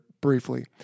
briefly